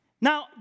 Now